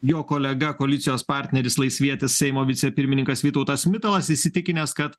jo kolega koalicijos partneris laisvietis seimo vicepirmininkas vytautas mitalas įsitikinęs kad